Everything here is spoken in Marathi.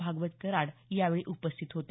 भागवत कराड यावेळी उपस्थित होते